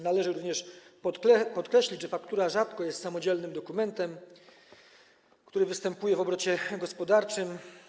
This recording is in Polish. Należy również podkreślić, że faktura rzadko jest samodzielnym dokumentem, który występuje w obrocie gospodarczym.